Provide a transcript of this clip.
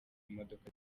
imodoka